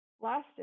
lasted